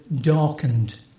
darkened